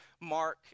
Mark